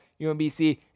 UMBC